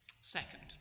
Second